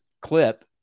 clip